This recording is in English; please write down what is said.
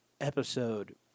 episode